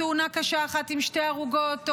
תאונה קשה אחת עם שתי הרוגות,